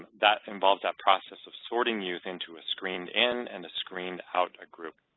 that involves that process of sorting youth into a screened in and a screened out group,